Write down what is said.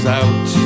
out